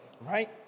Right